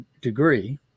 degree